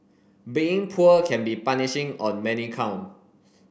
being poor can be punishing on many count